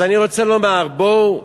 אז אני רוצה לומר, בואו,